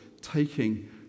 taking